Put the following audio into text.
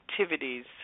activities